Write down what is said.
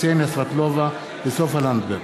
קסניה סבטלובה וסופה לנדבר,